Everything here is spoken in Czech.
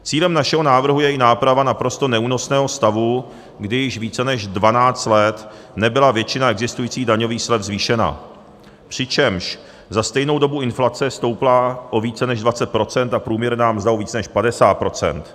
Cílem našeho návrhu je i náprava naprosto neúnosného stavu, kdy již více než 12 let nebyla většina existujících daňových slev zvýšena, přičemž za stejnou dobu inflace stoupla o více než 20 % a průměrná mzda o více než 50 %.